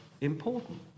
important